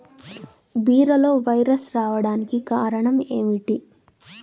బీరలో వైరస్ రావడానికి కారణం ఏమిటి?